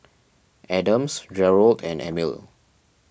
Adams Jerold and Emile